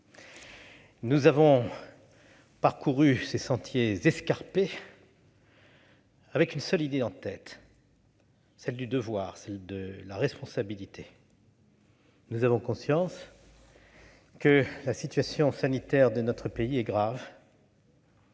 Nous avons parcouru les sentiers escarpés de ce projet de loi avec une seule idée en tête : celle du devoir, de la responsabilité. Nous avons conscience que la situation sanitaire de notre pays est grave